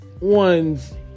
ones